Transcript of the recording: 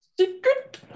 Secret